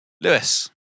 Lewis